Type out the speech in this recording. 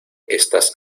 estas